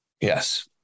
yes